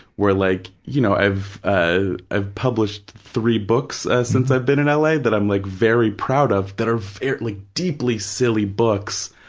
where like, you know, i've ah i've published three books since i've been in l. a. that i'm like very proud of, that are very like deeply silly books,